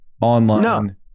online